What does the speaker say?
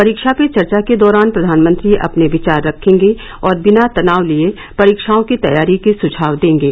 परीक्षा पे चर्चा के दौरान प्रधानमंत्री अपने विचार रखेंगे और बिना तनाव लिए परीक्षाओं की तैयारी के सुझाव देंगे